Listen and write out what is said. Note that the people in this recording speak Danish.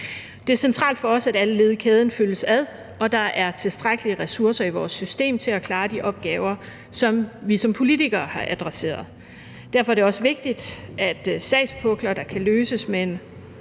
Det er centralt for os, at alle led i kæden følges ad, og at der er tilstrækkelige ressourcer i vores system til at klare de opgaver, som vi som politikere har adresseret. Derfor er det også vigtigt, at sagspukler, der kan løses med en